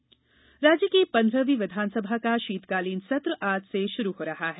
विधानसभा सत्र राज्य की पंद्रहवीं विधानसभा का शीतकालीन सत्र आज से शुरू हो रहा है